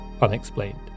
unexplained